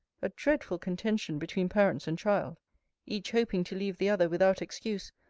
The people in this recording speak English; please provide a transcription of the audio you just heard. a dreadful contention between parents and child each hoping to leave the other without excuse,